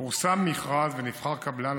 1. פורסם מכרז ונבחר קבלן,